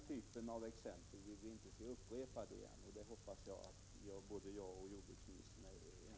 Jag hoppas att jordbruksministern och jag är ense om den saken.